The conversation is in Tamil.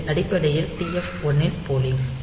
இது அடிப்படையில் TF1 இன் போலிங்